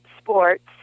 sports